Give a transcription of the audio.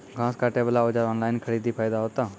घास काटे बला औजार ऑनलाइन खरीदी फायदा होता?